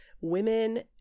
women